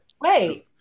Wait